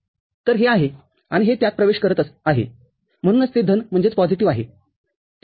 तर ते आहे आणि हे त्यात प्रवेश करत आहे म्हणूनच ते धन आहे ठीक आहे